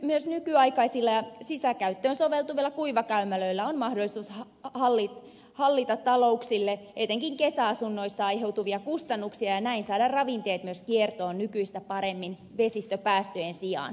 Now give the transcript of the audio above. myös nykyaikaisilla ja sisäkäyttöön soveltuvilla kuivakäymälöillä on mahdollisuus hallita talouksille etenkin kesäasunnoissa aiheutuvia kustannuksia ja näin saada ravinteet myös kiertoon nykyistä paremmin vesistöpäästöjen sijaan